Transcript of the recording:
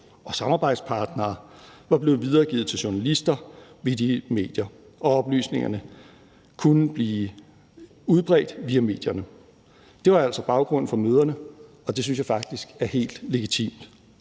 og samarbejdspartnere var blevet videregivet til journalister ved de medier og oplysningerne kunne blive udbredt via medierne. Det var altså baggrunden for møderne, og det synes jeg faktisk er helt legitimt.